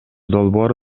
долбоор